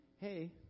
hey